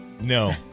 No